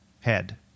head